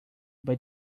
but